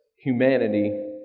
humanity